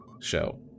show